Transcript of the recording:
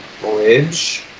bridge